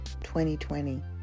2020